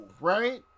right